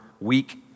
week